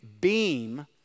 beam